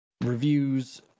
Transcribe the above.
reviews